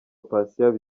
patient